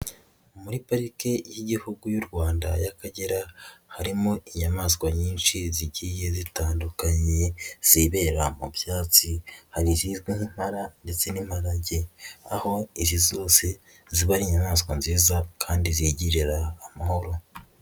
Muri pariki y'igihugu y'u rwanda y'akagera, harimo inyamaswa nyinshi zigiye zitandukanye zibera mu byatsi, hari izizwi nk'impara ndetse n'imparage, aho izi zose ziba inyamaswa nziza kandi zigirira amahoro.